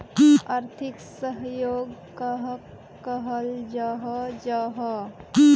आर्थिक सहयोग कहाक कहाल जाहा जाहा?